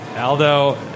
Aldo